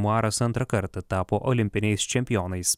muaras antrą kartą tapo olimpiniais čempionais